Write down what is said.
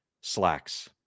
slacks